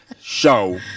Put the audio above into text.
show